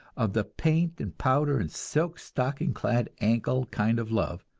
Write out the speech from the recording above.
of the paint and powder and silk-stocking-clad-ankle kind of love,